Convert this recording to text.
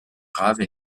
grave